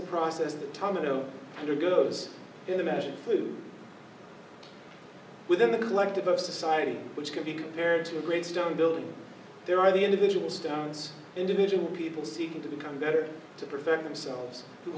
the process of time no wonder goes into magic food within the collective of society which can be compared to a great stone building there are the individual stones individual people seeking to become better to perfect themselves to